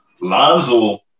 Lonzo